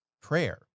prayer